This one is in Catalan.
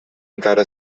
encara